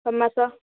ସମାସ